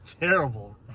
Terrible